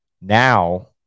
now